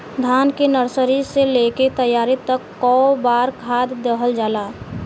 धान के नर्सरी से लेके तैयारी तक कौ बार खाद दहल जाला?